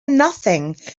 nothing